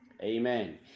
amen